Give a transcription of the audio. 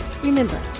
remember